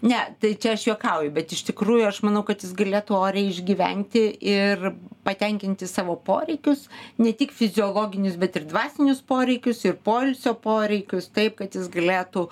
ne tai čia aš juokauju bet iš tikrųjų aš manau kad jis galėtų oriai išgyventi ir patenkinti savo poreikius ne tik fiziologinius bet ir dvasinius poreikius ir poilsio poreikius taip kad jis galėtų